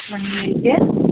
plus വണ്ണിലേക്ക്